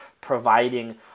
providing